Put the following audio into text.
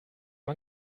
aus